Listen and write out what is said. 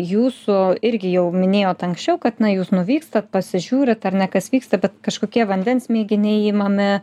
jūsų irgi jau minėjot anksčiau kad na jūs nuvykstat pasižiūrit ar ne kas vyksta bet kažkokie vandens mėginiai imami